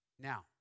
Now